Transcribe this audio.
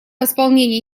восполнения